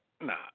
nah